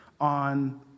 on